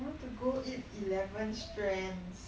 I want to go and eat eleven strands